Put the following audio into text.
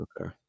Okay